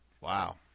Wow